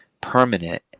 permanent